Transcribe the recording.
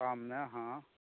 शाममे हँ